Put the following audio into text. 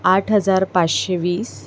आठ हजार पाचशे वीस